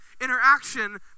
interaction